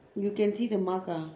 you can see the mark ah